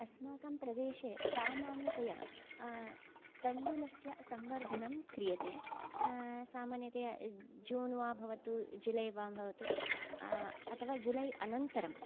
अस्माकं प्रदेशे सामान्यतया तण्डुलस्य सम्वर्धनं क्रियते सामान्यतया जून् वा भवतु जुलै वा भवतु अथवा जुलै अनन्तरं